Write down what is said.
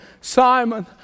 Simon